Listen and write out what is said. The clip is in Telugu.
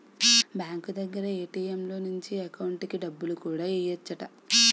బ్యాంకు దగ్గర ఏ.టి.ఎం లో నుంచి ఎకౌంటుకి డబ్బులు కూడా ఎయ్యెచ్చట